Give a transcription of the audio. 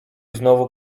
znowu